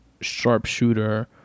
sharpshooter